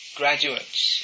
graduates